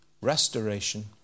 restoration